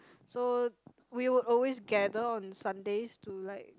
so we would always gather on Sundays to like